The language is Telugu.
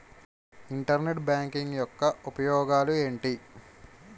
ఇంటర్నెట్ బ్యాంకింగ్ యెక్క ఉపయోగాలు ఎంటి?